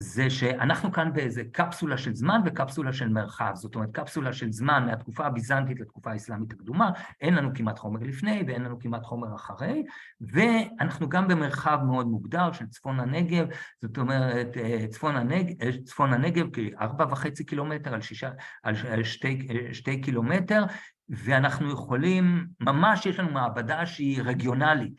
‫זה שאנחנו כאן באיזו קפסולה ‫של זמן וקפסולה של מרחב. ‫זאת אומרת, קפסולה של זמן ‫מהתקופה הביזנטית ‫לתקופה האסלאמית הקדומה, ‫אין לנו כמעט חומר לפני ‫ואין לנו כמעט חומר אחרי, ‫ואנחנו גם במרחב מאוד מוגדר ‫של צפון הנגב, ‫זאת אומרת, צפון הנגב ‫כ-4.5 קילומטר על שתי קילומטר, ‫ואנחנו יכולים... ‫ממש יש לנו מעבדה שהיא רגיונלית.